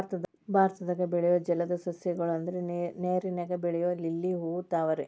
ಭಾರತದಾಗ ಬೆಳಿಯು ಜಲದ ಸಸ್ಯ ಗಳು ಅಂದ್ರ ನೇರಿನಾಗ ಬೆಳಿಯು ಲಿಲ್ಲಿ ಹೂ, ತಾವರೆ